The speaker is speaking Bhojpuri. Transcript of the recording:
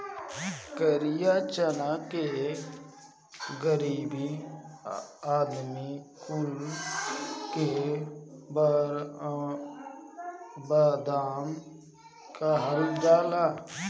करिया चना के गरीब आदमी कुल के बादाम कहल जाला